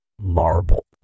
Marble